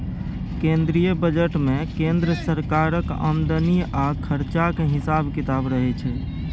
केंद्रीय बजट मे केंद्र सरकारक आमदनी आ खरचाक हिसाब किताब रहय छै